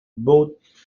both